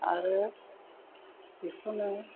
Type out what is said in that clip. आरो बेखौनो